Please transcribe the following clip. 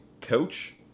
coach